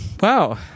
Wow